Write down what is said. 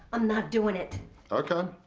i'm not doing it okay.